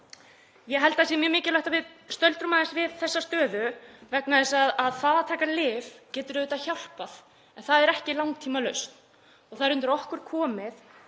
Ég held að það sé mjög mikilvægt að við stöldrum aðeins við þessa stöðu vegna þess að það að taka lyf getur auðvitað hjálpað en það er ekki langtímalausn. Það er undir okkur komið